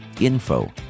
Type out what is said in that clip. info